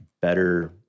better